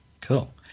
Cool